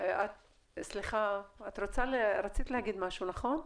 רצית להגיד משהו, נכון?